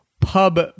pub